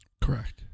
Correct